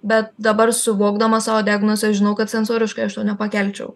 bet dabar suvokdama savo diagnozę aš žinau kad sensoriškai aš to nepakelčiau